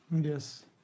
Yes